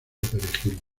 perejil